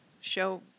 show